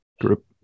group